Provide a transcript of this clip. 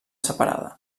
separada